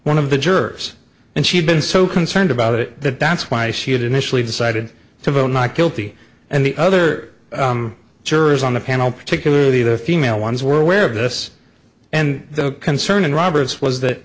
one of the jurors and she had been so concerned about it that that's why she had initially decided to vote not guilty and the other jurors on the panel particularly the female ones were aware of this and the concern in roberts was that